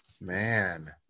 man